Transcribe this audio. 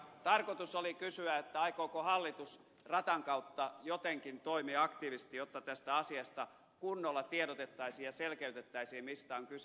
tarkoitus oli kysyä aikooko hallitus ratan kautta jotenkin toimia aktiivisesti jotta tästä asiasta kunnolla tiedotettaisiin ja selkeytettäisiin mistä on kyse